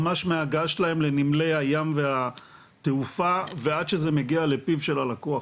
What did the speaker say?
ממש מההגעה שלהם לנמלי הים והתעופה ועד שזה מגיע לפיו של הלקוח,